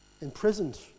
imprisoned